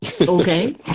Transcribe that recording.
okay